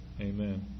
Amen